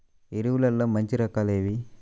ఎరువుల్లో మంచి రకాలు ఏవి?